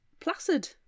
placid